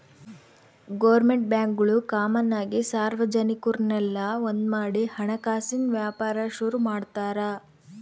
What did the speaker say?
government ಬ್ಯಾಂಕ್ಗುಳು common ಆಗಿ ಸಾರ್ವಜನಿಕುರ್ನೆಲ್ಲ ಒಂದ್ಮಾಡಿ ಹಣಕಾಸಿನ್ ವ್ಯಾಪಾರ ಶುರು ಮಾಡ್ತಾರ